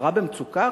החברה במצוקה?